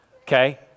okay